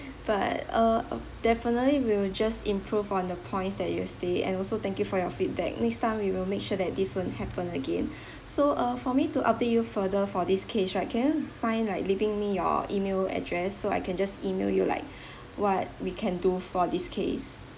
but uh definitely we will just improve on the points that you have state and also thank you for your feedback next time we will make sure that this won't happen again so uh for me to update you further for this case right can you mind like leaving me your email address so I can just email you like what we can do for this case